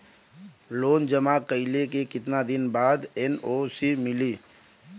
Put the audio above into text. Loan जमा कइले के कितना दिन बाद एन.ओ.सी मिली?